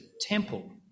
temple